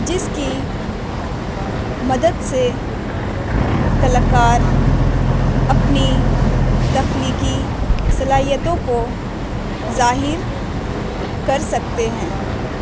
جس کی مدد سے کلاکار اپنی تخلیقی صلاحیتوں کو ظاہر کر سکتے ہیں